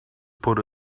put